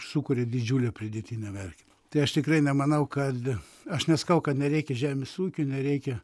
sukuria didžiulę pridėtinę vertę tai aš tikrai nemanau kad aš nesakau kad nereikia žemės ūkio nereikia